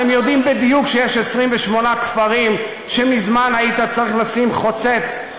אתם יודעים בדיוק שיש 28 כפרים שמזמן היית צריך לשים חוצץ,